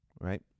right